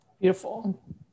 Beautiful